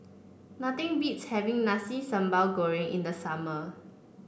nothing beats having Nasi Sambal Goreng in the summer